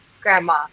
grandma